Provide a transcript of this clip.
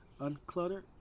uncluttered